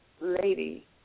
lady